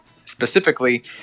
specifically